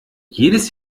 jedes